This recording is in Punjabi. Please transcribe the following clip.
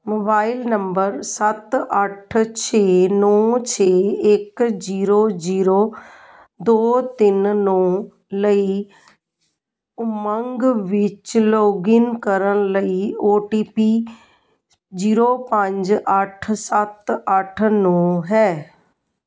ਮੋਬਾਈਲ ਨੰਬਰ ਸੱਤ ਅੱਠ ਛੇ ਨੌ ਛੇ ਇੱਕ ਜੀਰੋ ਜੀਰੋ ਦੋ ਤਿੰਨ ਨੌ ਲਈ ਉਮੰਗ ਵਿੱਚ ਲੌਗਇਨ ਕਰਨ ਲਈ ਓ ਟੀ ਪੀ ਜੀਰੋ ਪੰਜ ਅੱਠ ਸੱਤ ਅੱਠ ਨੌ ਹੈ